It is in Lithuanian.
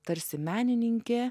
tarsi menininkė